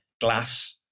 glass